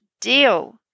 deal